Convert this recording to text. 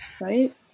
right